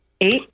Eight